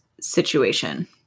situation